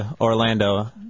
Orlando